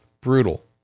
brutal